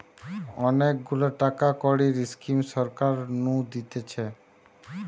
অনেক গুলা টাকা কড়ির স্কিম সরকার নু দিতেছে